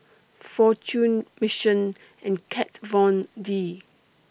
Fortune Mission and Kat Von D